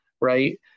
right